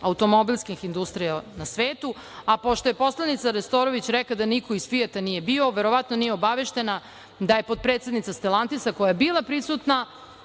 automobilskih industrija na svetu, a pošto je poslanica Nestorović rekla da niko iz "Fijata" nije bio, verovatno nije obaveštena da je potpredsednica "Stelantisa", koja je bila prisutna,